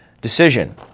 decision